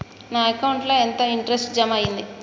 నా అకౌంట్ ల ఎంత ఇంట్రెస్ట్ జమ అయ్యింది?